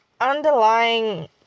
underlying